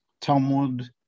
Talmud